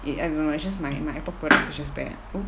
it adm~ it's just my my apple products is just bad